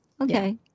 Okay